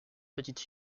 petite